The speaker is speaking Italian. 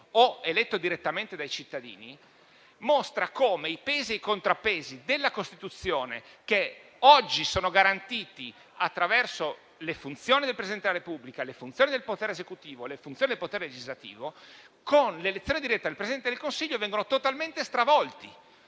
o eletto direttamente dai cittadini, mostra come i pesi e i contrappesi della Costituzione, che oggi sono garantiti attraverso le funzioni del Presidente della Repubblica, del potere esecutivo e del potere legislativo, con l'elezione diretta del Presidente del Consiglio vengano totalmente stravolti,